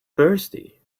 thirsty